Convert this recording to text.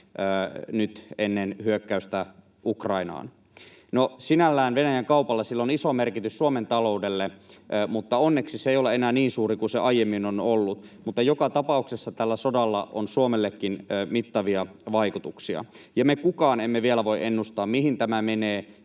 nyt ennen hyökkäystä Ukrainaan. No, sinällään Venäjän kaupalla on iso merkitys Suomen taloudelle, mutta onneksi se ei ole enää niin suuri kuin se aiemmin on ollut. Joka tapauksessa tällä sodalla on Suomellekin mittavia vaikutuksia, ja meistä kukaan ei vielä voi ennustaa, mihin tämä menee,